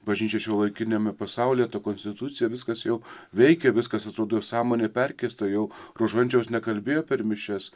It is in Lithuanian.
bažnyčia šiuolaikiniame pasaulyje ta konstitucija viskas jau veikia viskas atrodo sąmonė perkeista jau rožančiaus nekalbėjo per mišias